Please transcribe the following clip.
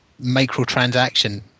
microtransaction